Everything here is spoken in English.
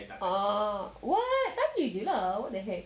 orh what tanya jer ah what the heck